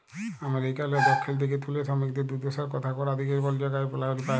আমেরিকারলে দখ্খিল দিগে তুলে সমিকদের দুদ্দশার কথা গড়া দিগের বল্জ গালে পাউয়া যায়